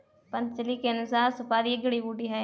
पतंजलि के अनुसार, सुपारी एक जड़ी बूटी है